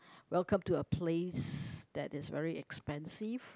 welcome to a place that is very expensive